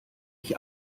ich